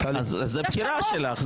אז זו בחירה שלך.